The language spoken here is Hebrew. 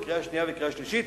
בקריאה שנייה ובקריאה שלישית.